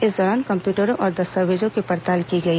इस दौरान कम्प्यूटरों और दस्तावेजों की पड़ताल की गई